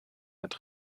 mit